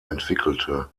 entwickelte